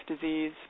disease